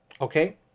Okay